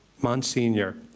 monsignor